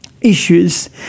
issues